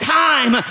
time